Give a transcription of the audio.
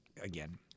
again